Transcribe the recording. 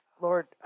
Lord